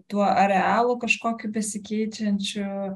tuo arealu kažkokiu besikeičiančiu